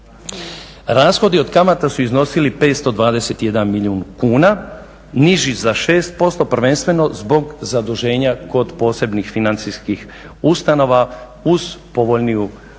Rashodi od kamata su iznosili 521 milijun kuna, niži za 6% prvenstveno zbog zaduženja kod posebnih financijskih ustanova uz povoljniju kamatnu